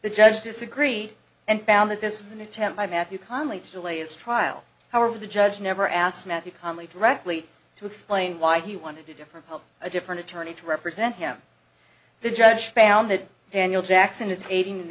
the judge disagree and bound that this was an attempt by matthew conley to delay its trial however the judge never asked matthew conley directly to explain why he wanted to different a different attorney to represent him the judge found that daniel jackson is aiding and